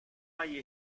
hay